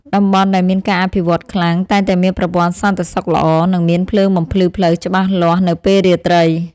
តំបន់ដែលមានការអភិវឌ្ឍខ្លាំង តែងតែមានប្រព័ន្ធសន្តិសុខល្អ និងមានភ្លើងបំភ្លឺផ្លូវច្បាស់លាស់នៅពេលរាត្រី។